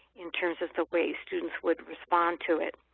in terms of the way students would respond to it.